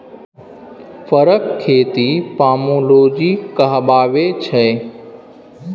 फरक खेती पामोलोजी कहाबै छै